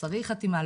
צריך חתימה,